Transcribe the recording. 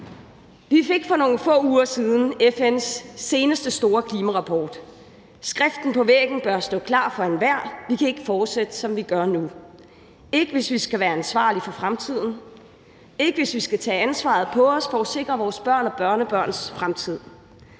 Vi fik for nogle få uger siden med FN’s seneste store klimarapport skriften på væggen, som har stået klar for enhver: Vi kan ikke fortsætte, som vi gør nu, hvis vi skal være ansvarlige for fremtiden, hvis vi skal tage ansvaret på os for at sikre vores børn og børnebørns fremtid.